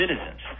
citizens